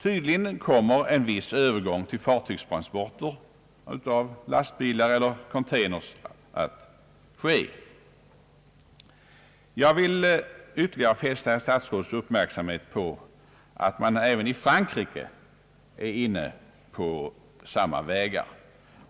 Tydligen kommer en viss övergång till fartygstransporter för lastbilar och containers att ske. Jag vill ytterligare fästa statsrådets uppmärksamhet på att man även i Frankrike är inne på samma tankar.